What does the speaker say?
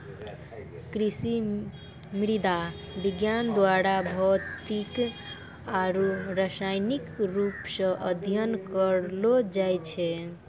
कृषि मृदा विज्ञान द्वारा भौतिक आरु रसायनिक रुप से अध्ययन करलो जाय छै